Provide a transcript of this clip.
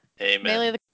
amen